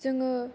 जोङो